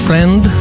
Friend